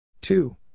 Two